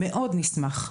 אנחנו מאוד נשמח,